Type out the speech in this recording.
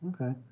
Okay